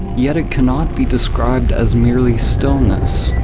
yet it cannot be described as merely stillness.